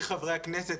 אני צעיר חברי הכנסת,